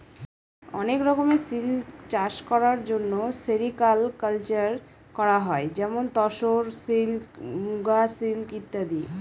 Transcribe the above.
অনেক রকমের সিল্ক চাষ করার জন্য সেরিকালকালচার করা হয় যেমন তোসর সিল্ক, মুগা সিল্ক ইত্যাদি